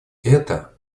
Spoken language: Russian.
это